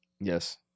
Yes